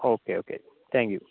okay okay thank you